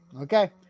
Okay